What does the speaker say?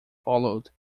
followed